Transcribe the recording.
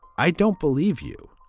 i don't believe you.